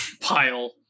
pile